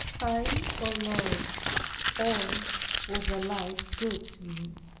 high or low all was alike good to me.